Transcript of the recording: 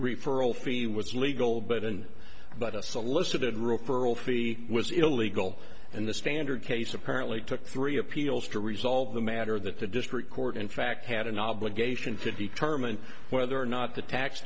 referral fee was legal but in but a solicited referral fee was illegal and the standard case apparently took three appeals to resolve the matter that the district court in fact had an obligation to determine whether or not the tax